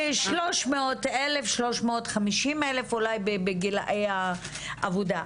כ-350,000 בגילאי העבודה.